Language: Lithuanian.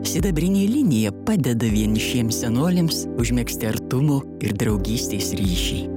sidabrinė linija padeda vienišiem senoliams užmegzti artumo ir draugystės ryšį